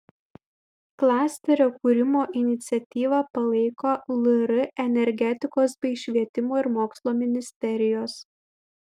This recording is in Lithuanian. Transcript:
klasterio kūrimo iniciatyvą palaiko lr energetikos bei švietimo ir mokslo ministerijos